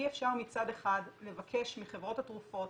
אי אפשר מצד אחד לבקש מחברות התרופות,